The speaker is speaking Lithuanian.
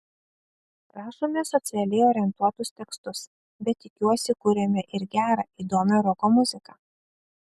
rašome socialiai orientuotus tekstus bet tikiuosi kuriame ir gerą įdomią roko muziką